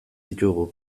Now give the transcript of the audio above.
ditugu